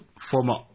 former